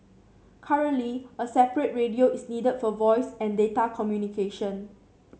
currently a separate radio is needed for voice and data communication